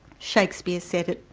shakespeare said it,